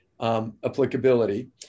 applicability